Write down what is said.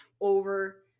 over